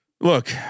Look